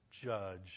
judge